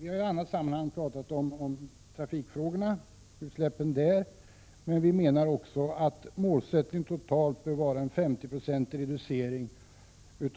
Vi har i andra sammanhang talat om utsläppen från trafiken, men vi anser att målsättningen totalt bör vara en 50-procentig reducering